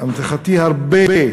דקות.